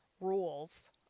rules